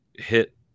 Hit